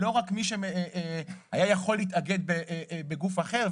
ולא רק מי שהיה יכול להתאגד בגוף אחר.